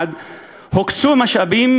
1. הוקצו משאבים,